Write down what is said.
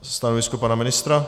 Stanovisko pana ministra?